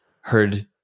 heard